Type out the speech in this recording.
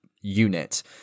unit